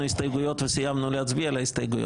הסתייגויות וסיימנו להצביע על ההסתייגויות.